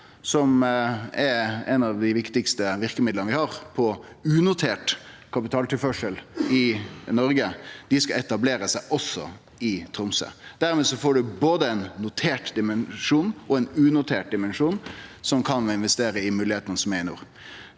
som er eit av dei viktigaste verkemidla vi har når det gjeld unotert kapitaltilførsel i Noreg. Dei skal etablere seg i Tromsø også. Dermed får ein både ein notert dimensjon og ein unotert dimensjon som kan investere i moglegheitene som er i nord.